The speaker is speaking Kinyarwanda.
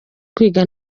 kwiga